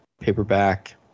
paperback